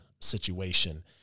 situation